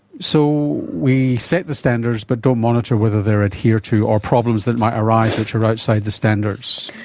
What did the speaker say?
so we set the standards but don't monitor whether they are adhered to or problems that might arise which are outside the standards.